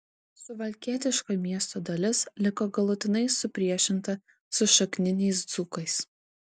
suvalkietiška miesto dalis liko galutinai supriešinta su šakniniais dzūkais